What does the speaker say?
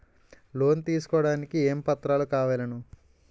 Loan తీసుకోడానికి ఏమేం పత్రాలు కావలెను?